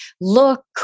look